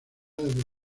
desde